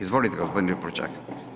Izvolite gospodin Lipošćak.